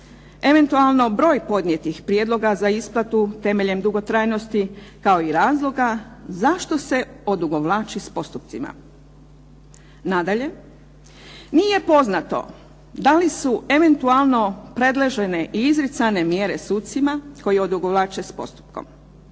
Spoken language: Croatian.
Eventualno broj podnijetih prijedloga za isplatu temeljem dugotrajnosti kao i razloga zašto se odugovlači s postupcima. Nadalje, nije poznato da li su eventualno predložene i izricane mjere sucima koji ovdje odugovlače s postupkom.